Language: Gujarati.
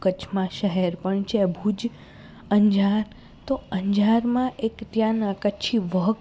કચ્છમાં શહેર પણ છે ભુજ અંજાર તો અંજારમાં એક ત્યાંનાં કચ્છી વહક